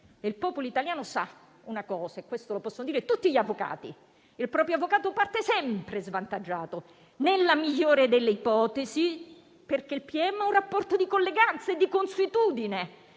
Il popolo italiano sa - questo lo possono dire tutti gli avvocati - che il proprio avvocato parte sempre svantaggiato, nella migliore delle ipotesi, perché il pubblico ministero ha un rapporto di colleganza e di consuetudine